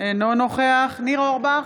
אינו נוכח ניר אורבך,